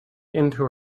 into